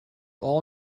all